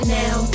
now